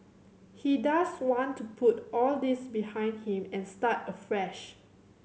he does want to put all this behind him and start afresh